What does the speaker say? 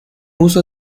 uso